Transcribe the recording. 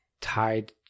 tied